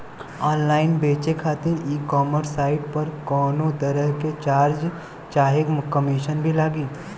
Online बेचे खातिर e commerce site पर कौनोतरह के चार्ज चाहे कमीशन भी लागी?